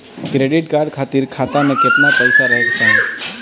Credit card खातिर खाता में केतना पइसा रहे के चाही?